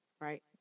right